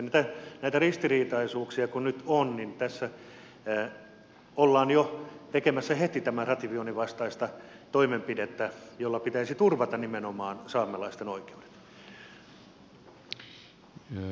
näitä ristiriitaisuuksia kun nyt on niin tässä ollaan jo tekemässä heti tämän ratifioinnin vastaista toimenpidettä jolla pitäisi turvata nimenomaan saamelaisten oikeudet